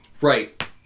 Right